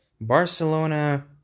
Barcelona